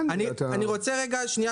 יש פה עוד דיונים.